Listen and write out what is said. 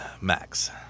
Max